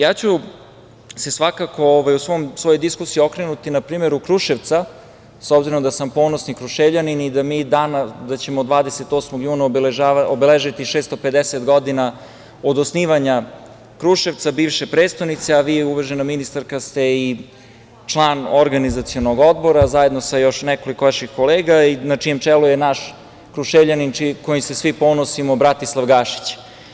Ja ću se svakako u svojoj diskusiji okrenuti na primer Kruševca, s obzirom da sam ponosni Kruševljanin i da ćemo 28. juna obeležiti 650 godina od osnivanja Kruševca, biše prestonice, a vi, uvažena ministarka, ste i član organizacionog odbora, zajedno sa još nekoliko vaših kolega, na čijem čelu je naš Kruševljanin, kojim se svi ponosimo, Bratislav Gašić.